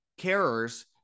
carers